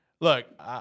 Look